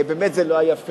ובאמת זה לא היה פייר.